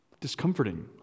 discomforting